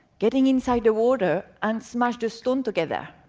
getting inside the water, and smash the stones together.